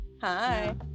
hi